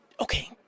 Okay